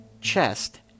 chest